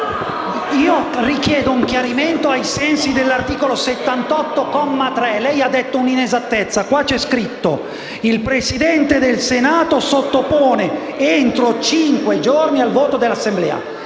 Richiedo un chiarimento ai sensi dell'articolo 78, comma 3. Lei ha detto un'inesattezza, perché c'è scritto che il Presidente del Senato o sottopone il parere entro cinque giorni al voto dell'Assemblea.